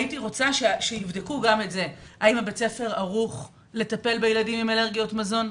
הייתי רוצה שייבדקו גם האם בית הספר ערוך לטפל בילדים עם אלרגיה למזון,